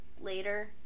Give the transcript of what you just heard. later